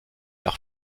leur